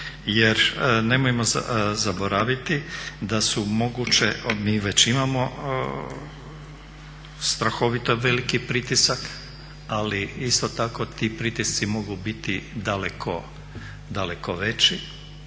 Jer nemojmo zaboraviti da su moguće, mi već imamo strahovito veliki pritisak ali isto tako ti pritisci mogu biti daleko,